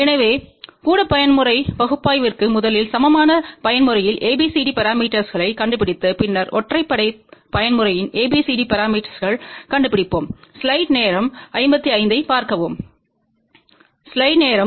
எனவே கூட பயன்முறை பகுப்பாய்விற்கு முதலில் சமமான பயன்முறையில் ABCD பரமீட்டர்ஸ்க்களைக் கண்டுபிடித்து பின்னர் ஒற்றைப்படை பயன்முறையின் ABCD பரமீட்டர்ஸ்க்கள் கண்டுபிடிப்போம்